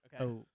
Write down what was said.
Okay